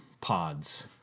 pods